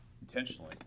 intentionally